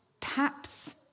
taps